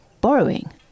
borrowing